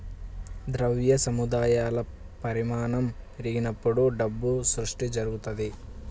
ద్రవ్య సముదాయాల పరిమాణం పెరిగినప్పుడు డబ్బు సృష్టి జరుగుతది